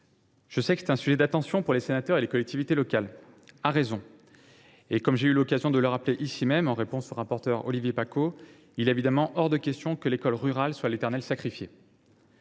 Je sais que c’est un sujet d’attention pour les sénateurs et les collectivités locales – à raison ! Comme j’ai déjà eu l’occasion de le rappeler ici même, en réponse au rapporteur spécial Olivier Paccaud, il est hors de question que l’école rurale soit l’éternelle sacrifiée.